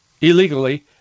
illegally